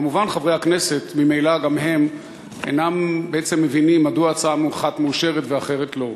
כמובן שממילא גם חברי הכנסת אינם מבינים מדוע הצעה אחת מאושרת ואחרת לא.